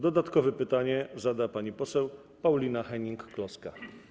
Dodatkowe pytanie zada pani poseł Paulina Hennig-Kloska.